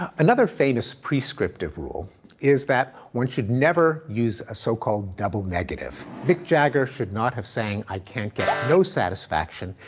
um another famous prescriptive rule is that, one should never use a so-called double negative. mick jagger should not have sung, i can't get no satisfaction,